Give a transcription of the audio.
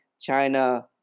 China